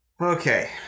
Okay